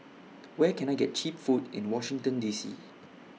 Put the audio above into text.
Where Can I get Cheap Food in Washington D C